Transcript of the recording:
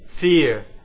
fear